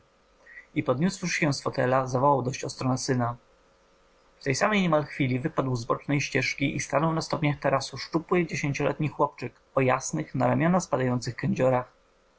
i podniósłszy się z fotelu zawołał dość ostro na syna w tej samej niemal chwili wypadł z bocznej ścieżki i stanął na stopniach tarasu szczupły dziesięcioletni chłopczyk o jasnych na ramionach spadających kędziorach